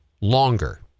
longer